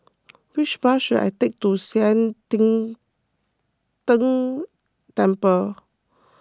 which bus should I take to Sian Teck Tng Temple